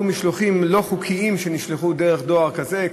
משלוחים לא חוקיים שנשלחו דרך דואר כזה,